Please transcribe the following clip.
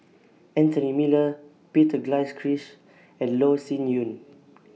Anthony Miller Peter Gilchrist and Loh Sin Yun